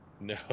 No